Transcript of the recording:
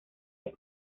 les